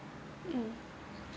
um